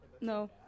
No